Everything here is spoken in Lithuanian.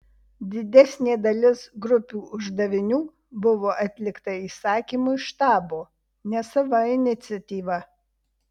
didesnė dalis grupių uždavinių buvo atlikta įsakymu iš štabo ne sava iniciatyva